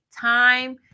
time